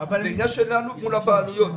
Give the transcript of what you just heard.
עניין שלנו מול הבעלויות,